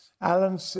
Alan